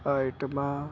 ਆਈਟਮਾਂ